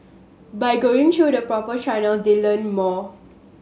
by going through the proper channels they learn more